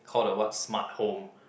call the what smart home